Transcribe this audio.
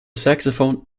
saxophone